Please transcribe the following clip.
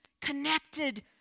connected